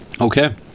Okay